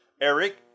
Eric